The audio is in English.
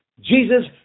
Jesus